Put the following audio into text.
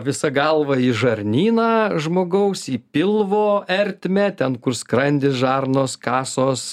visa galva į žarnyną žmogaus į pilvo ertmę ten kur skrandis žarnos kasos